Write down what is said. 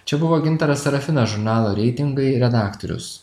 čia buvo gintaras serafinas žurnalo reitingai redaktorius